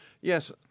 Yes